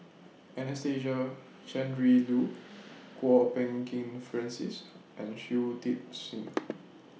Anastasia Tjendri Liew Kwok Peng Kin Francis and Shui Tit Sing